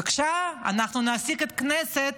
בבקשה, אנחנו נעסיק את הכנסת